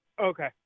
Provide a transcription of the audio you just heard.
Okay